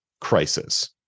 crisis